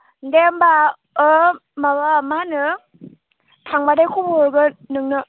दे होनबा माबा मा होनो थांबाथाय खबर हरगोन नोंनो